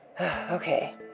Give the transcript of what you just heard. okay